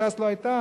ש"ס לא היתה,